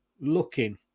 looking